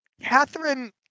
Catherine